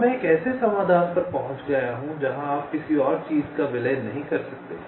अब मैं एक ऐसे समाधान पर पहुँच गया हूँ जहाँ आप किसी और चीज़ का विलय नहीं कर सकते